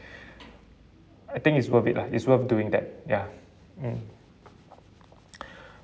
I think it's worth it lah it's worth doing that ya mm